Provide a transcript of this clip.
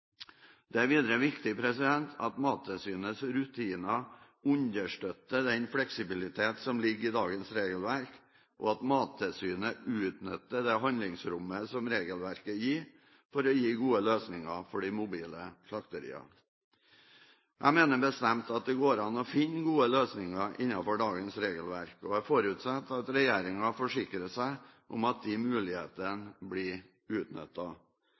Det er videre viktig at Mattilsynets rutiner understøtter den fleksibilitet som ligger i dagens regelverk, og at Mattilsynet utnytter det handlingsrommet som regelverket gir, for å gi gode løsninger for de mobile slakteriene. Jeg mener bestemt at det går an å finne gode løsninger innenfor dagens regelverk, og jeg forutsetter at regjeringen forsikrer seg om at de mulighetene blir